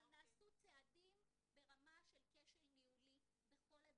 אבל נעשו צעדים ברמה של כשל ניהולי בכל הדרגים.